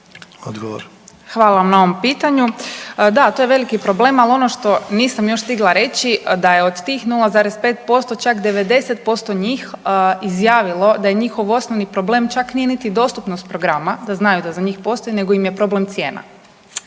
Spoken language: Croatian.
(SDP)** Hvala na ovom pitanju. Da, to je veliki problem, al ono što nisam još stigla reći da je od tih 0,5% čak 90% njih izjavilo da je njihov osnovni problem čak nije niti dostupnost programa, da znaju da za njih postoji nego im je problem cijena